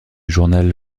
journal